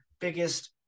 biggest